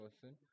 person